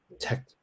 tech